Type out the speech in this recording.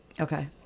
Okay